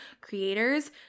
creators